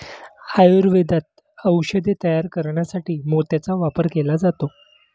आयुर्वेदात औषधे तयार करण्यासाठी मोत्याचा वापर केला जातो